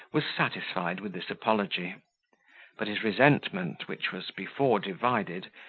was satisfied with this apology but his resentment, which was before divided,